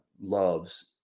loves